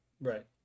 right